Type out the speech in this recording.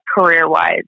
career-wise